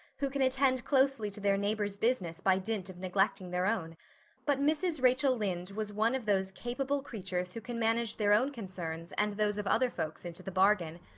who can attend closely to their neighbor's business by dint of neglecting their own but mrs. rachel lynde was one of those capable creatures who can manage their own concerns and those of other folks into the bargain.